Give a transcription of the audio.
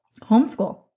Homeschool